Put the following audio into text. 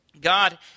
God